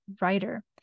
writer